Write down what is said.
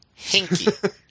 Hinky